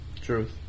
truth